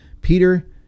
Peter